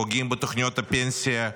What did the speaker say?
פוגעים בתוכניות הפנסיה,